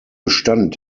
bestand